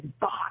box